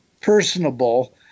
personable